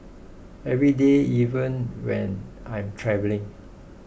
every day even when I'm travelling